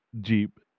Jeep